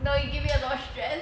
no it give me a lot of stress